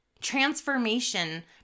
transformation